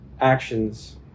actions